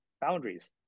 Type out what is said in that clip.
boundaries